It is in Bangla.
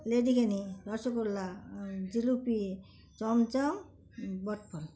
লেডিকেনি রসগোল্লা জিলিপি চমচম বটফল